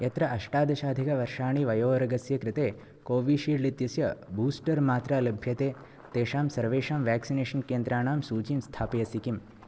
यत्र अष्टादशाधिकवर्षाणि वयोवर्गस्य कृते कोविशील्ड् इत्यस्य बूस्टर् मात्रा लभ्यते तेषां सर्वेषां व्याक्सिनेषन् केन्द्राणां सूचीं स्थापयसि किम्